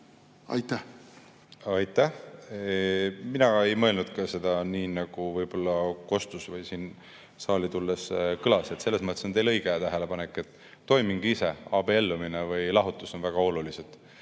elust. Aitäh! Mina ei mõelnud ka seda nii, nagu võib-olla kostis või saalis kõlas. Selles mõttes on teil õige tähelepanek, et toiming ise, abiellumine või lahutus, on väga oluline.